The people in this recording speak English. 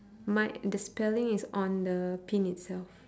my the spelling is on the pin itself